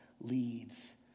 leads